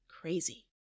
crazy